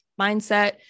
mindset